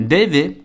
David